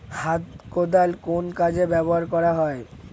হাত কোদাল কোন কাজে ব্যবহার করা হয়?